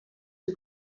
que